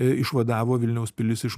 išvadavo vilniaus pilis iš